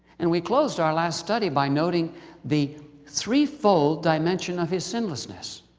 and we closed our last study by noting the three-fold dimension of his sinlessness.